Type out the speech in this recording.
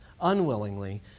unwillingly